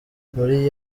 muri